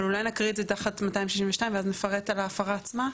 אבל אולי נקריא את זה תחת 262 ואז נפרט על ההפרה עצמה?